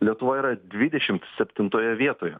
lietuva yra dvidešimt septintoje vietoje